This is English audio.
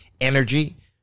energy